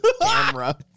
camera